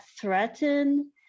threaten